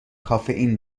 کافئین